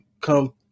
come